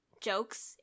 jokes